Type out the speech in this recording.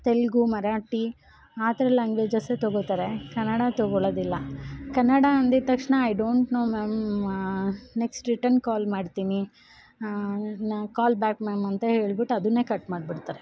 ತೆಲುಗು ಮರಾಠಿ ಆ ಥರ ಲ್ಯಾಂಗ್ವೇಜಸ್ಸೆ ತಗೋತಾರೆ ಕನ್ನಡ ತಗೋಳೋದಿಲ್ಲ ಕನ್ನಡ ಅಂದಿದ್ದ ತಕ್ಷಣ ಐ ಡೋಂಟ್ ನೋ ಮ್ಯಾಮ್ ಮಾ ನೆಕ್ಸ್ಟ್ ರಿಟನ್ ಕಾಲ್ ಮಾಡ್ತೀನಿ ನಾ ಕಾಲ್ ಬ್ಯಾಕ್ ಮ್ಯಾಮ್ ಅಂತ ಹೇಳ್ಬಿಟ್ಟು ಅದನ್ನೆ ಕಟ್ ಮಾಡ್ಬಿಡ್ತಾರೆ